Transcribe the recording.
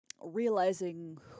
realizing